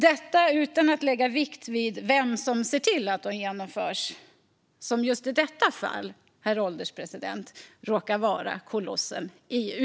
Detta utan att lägga vikt vid vem som ser till att de genomförs, vilket just i detta fall, herr ålderspresident, råkar vara kolossen EU.